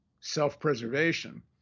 self-preservation